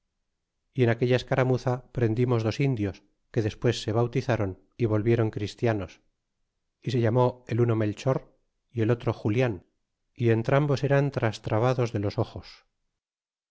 y en aquella escaramuza prendimos dos indios que despues se bautizron y volvieron christianos y se llamó el uno melchor y el obro julian y entrambos eran trastravados de los ojos